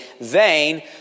vain